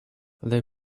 they